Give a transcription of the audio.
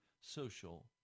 social